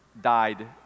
died